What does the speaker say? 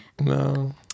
No